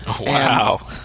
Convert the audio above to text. Wow